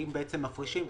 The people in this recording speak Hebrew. אם מפרישים,